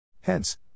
Hence